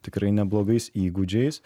tikrai neblogais įgūdžiais